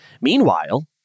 Meanwhile